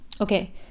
okay